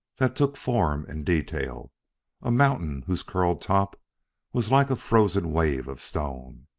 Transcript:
that took form and detail a mountain whose curled top was like a frozen wave of stone.